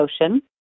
ocean